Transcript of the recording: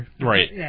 Right